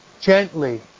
gently